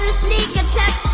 sneak attack!